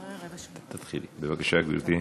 בבקשה, גברתי.